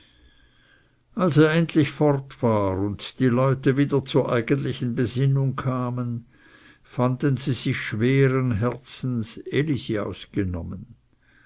als er endlich fort war und die leute wieder zur eigentlichen besinnung kamen fanden sie sich schweren herzens elisi ausgenommen